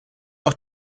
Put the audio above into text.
auch